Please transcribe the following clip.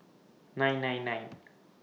nine nine nine